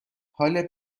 حال